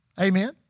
Amen